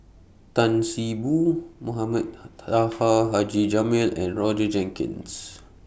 Tan See Boo Mohamed Taha Haji Jamil and Roger Jenkins